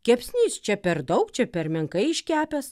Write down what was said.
kepsnys čia per daug čia per menkai iškepęs